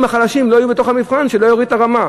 החלשים לא יהיו במבחן כדי שלא יורידו את הרמה.